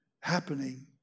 happening